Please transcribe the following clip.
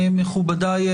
מכובדיי,